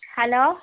hello